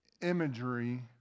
imagery